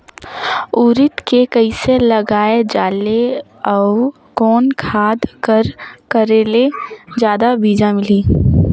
उरीद के कइसे लगाय जाले अउ कोन खाद कर करेले जादा बीजा मिलही?